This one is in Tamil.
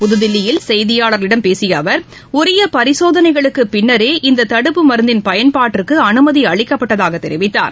புதுதில்லியில் செய்தியாளர்களிடம் பேசியஅவர் உரியபரிசோதனைகளுக்குபின்னரே இந்ததடுப்பு மருந்தின் பயன்பாட்டிற்குஅனுமதிஅளிக்கப்பட்டதாகதெரிவித்தார்